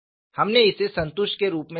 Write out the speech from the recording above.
हमने इसे संतुष्ट के रूप में देखा